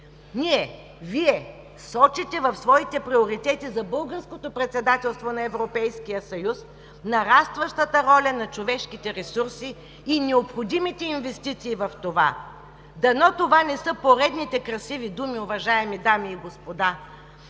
бизнес. Вие сочите в своите приоритети за Българското председателство на Европейския съюз нарастващата роля на човешките ресурси и необходимите инвестиции в това. Дано това не са поредните красиви думи, уважаеми дами и господа,